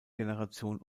generation